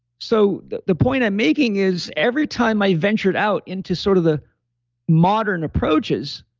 so the the point i'm making is every time i ventured out into sort of the modern approaches,